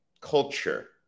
culture